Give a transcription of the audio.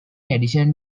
addition